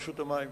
רשות המים